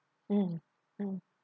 mm mm